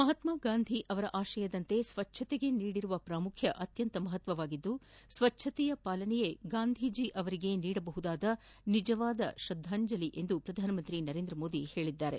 ಮಹಾತ್ಮಗಾಂಧಿ ಅವರ ಆಶಯದಂತೆ ಸ್ವಚ್ಛತೆಗೆ ನೀಡಿರುವ ಪ್ರಾಮುಖ್ಯತೆ ಅತ್ಯಂತ ಮಹತ್ವವಾಗಿದ್ದು ಸ್ವಚ್ಚತೆ ಪಾಲನೆ ಗಾಂಧೀಜ ಅವರಿಗೆ ನೀಡಬಹುದಾದ ನಿಜವಾದ ಶ್ರದ್ಧಾಂಜಲಿ ಎಂದು ಪ್ರಧಾನಮಂತ್ರಿ ನರೇಂದ್ರಮೋದಿ ಹೇಳಿದ್ದಾರೆ